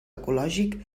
ecològic